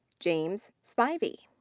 james spivey.